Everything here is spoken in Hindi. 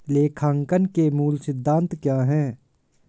लेखांकन के मूल सिद्धांत क्या हैं?